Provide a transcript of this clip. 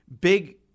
big